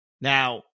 Now